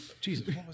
Jesus